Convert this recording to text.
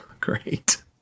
Great